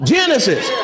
Genesis